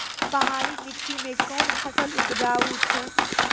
पहाड़ी मिट्टी मैं कौन फसल उपजाऊ छ?